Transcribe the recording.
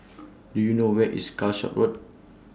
Do YOU know Where IS Calshot Road